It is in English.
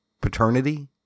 paternity